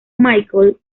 michael